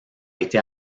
été